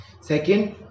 Second